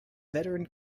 veteran